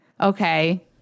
Okay